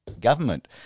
government